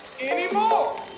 anymore